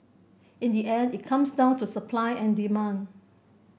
in the end it comes down to supply and demand